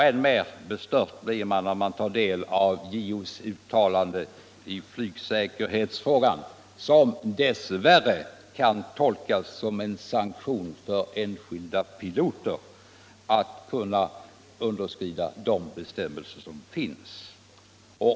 Än mer bestört blir man, när man tar del av JO:s uttalande i flygsäkerhetsfrågan, ett uttalande som dess värre kan tolkas såsom en sanktion för enskilda piloter att åsidosätta gällande bestämmelser.